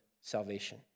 salvation